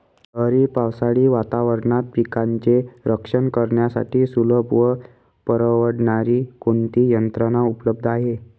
लहरी पावसाळी वातावरणात पिकांचे रक्षण करण्यासाठी सुलभ व परवडणारी कोणती यंत्रणा उपलब्ध आहे?